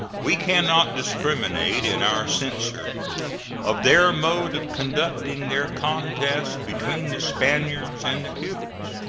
we can not discriminate in our censure of their mode of conducting their contest between the spaniards and the cubans.